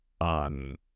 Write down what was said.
on